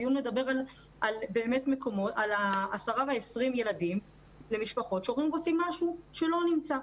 הדיון מדבר על ה-10 וה-20 ילדים למשפחות שהורים רוצים משהו שלא נמצא.